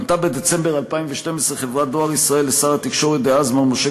פנתה בדצמבר 2012 חברת "דואר ישראל" לשר התקשורת דאז מר משה